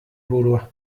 burua